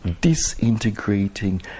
disintegrating